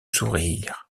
sourires